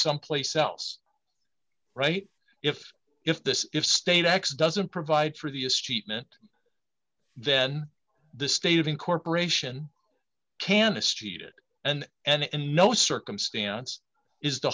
someplace else right if if this if state x doesn't provide for the estate meant then the state of incorporation candace cheated and and in no circumstance is the